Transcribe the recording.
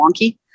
wonky